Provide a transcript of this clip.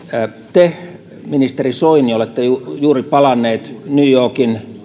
te ministeri soini olette juuri juuri palannut new yorkista